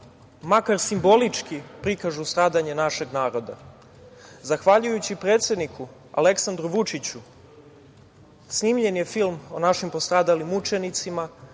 makar simbolički prikažu stradanje našeg naroda. Zahvaljujući predsedniku Aleksandru Vučiću snimljen je film o našim postradalim mučenicima